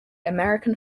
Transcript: american